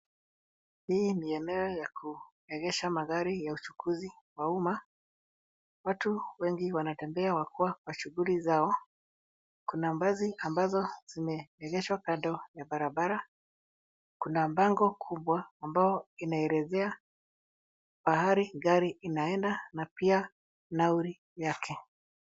Hii ni eneo ya kuegesha magari ya uchukuzi wa umma. Watu wengi wanatembea wakiwa kwa shughuli zao. Kuna basi ambazo zimeegeshwa kando ya barabara. Kuna bango kubwa ambayo inaelezea mahali gari inaenda na pia nauli yake.